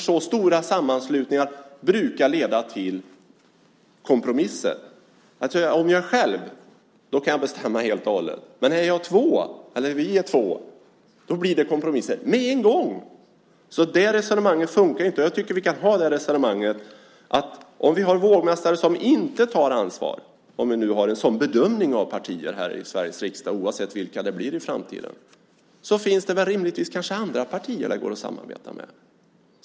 Stora sammanslutningar brukar leda till kompromisser. Om jag är själv kan jag bestämma helt och hållet. Men om vi är två blir det kompromisser med en gång. Det resonemanget funkar inte. Om vi har vågmästare som inte tar ansvar, om vi nu har en sådan bedömning av partierna i Sveriges riksdag oavsett vilka de är i framtiden, finns det rimligtvis andra partier som det går att samarbeta med.